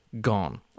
gone